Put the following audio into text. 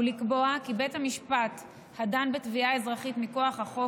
ולקבוע כי בית המשפט הדן בתביעה אזרחית מכוח החוק